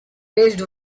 raised